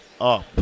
up